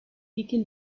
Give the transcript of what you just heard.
deakin